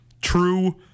true